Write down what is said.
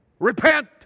Repent